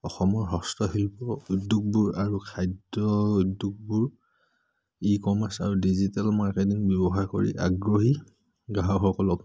অসমৰ হস্তশিল্প উদ্যোগবোৰ আৰু খাদ্য উদ্যোগবোৰ ই কমাৰ্চ আৰু ডিজিটেল মাৰ্কেটিং ব্যৱহাৰ কৰি আগ্ৰহী গ্ৰাহকসকলক